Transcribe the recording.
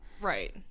right